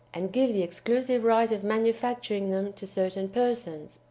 and give the exclusive right of manufacturing them to certain persons,